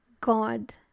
God